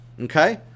Okay